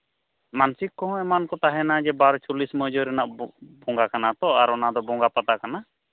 ᱢᱟᱱᱥᱤᱠ ᱠᱚᱦᱚᱸ ᱮᱢᱟᱱ ᱠᱚ ᱛᱟᱦᱮᱱᱟ ᱡᱮ ᱵᱟᱨ ᱪᱚᱞᱞᱤᱥ ᱢᱚᱡᱩᱨ ᱨᱮᱱᱟᱜ ᱵᱚᱸᱜᱟ ᱠᱟᱱᱟ ᱛᱚ ᱟᱨ ᱚᱱᱟ ᱫᱚ ᱵᱚᱸᱜᱟ ᱯᱟᱛᱟ ᱠᱟᱱᱟ